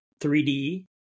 3D